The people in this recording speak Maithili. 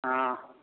हॅं